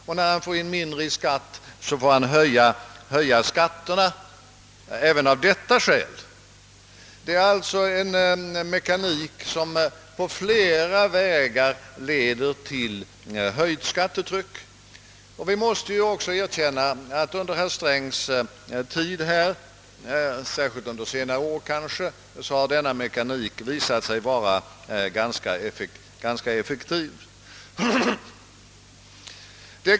Så måste herr Sträng för det sjätte höja skatterna även av detta skäl. Det är alltså fråga om en mekanik som på flera vägar leder till höjt skattetryck. Vi måste också erkänna att den under herr Strängs tid — kanske särskilt under de senaste åren — har visat sig vara ganska effektiv.